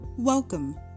Welcome